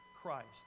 Christ